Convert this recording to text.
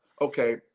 okay